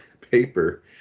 paper